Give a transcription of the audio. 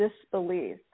disbelief